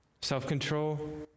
self-control